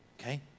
Okay